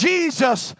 Jesus